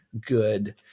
good –